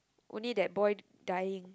only that boy dying